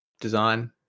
design